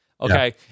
Okay